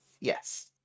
Yes